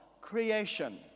creation